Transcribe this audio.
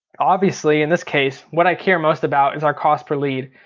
obviously in this case what i care most about is our cost per lead.